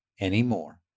anymore